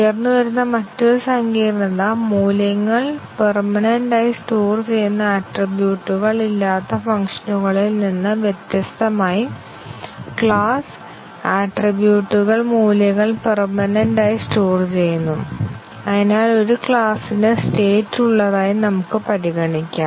ഉയർന്നുവരുന്ന മറ്റൊരു സങ്കീർണത മൂല്യങ്ങൾ പെർമനെന്റ് ആയി സ്റ്റോർ ചെയ്യുന്ന ആട്രിബ്യൂട്ടുകൾ ഇല്ലാത്ത ഫംഗ്ഷനുകളിൽ നിന്ന് വ്യത്യസ്തമായി ക്ലാസ് ആട്രിബ്യൂട്ടുകൾ മൂല്യങ്ങൾ പെർമനെന്റ് ആയി സ്റ്റോർ ചെയ്യുന്നു അതിനാൽ ഒരു ക്ലാസിന് സ്റ്റേറ്റ് ഉള്ളതായി നമുക്ക് പരിഗണിക്കാം